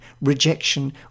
rejection